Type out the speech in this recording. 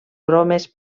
bromes